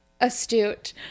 astute